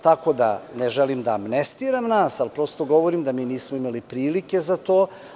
Tako da ne želim da amnestiram nas, ali prosto govorim da mi nismo imali prilike za to.